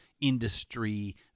industry